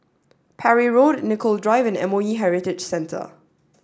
Parry Road Nicoll Drive and M O E Heritage Center